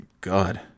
god